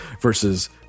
versus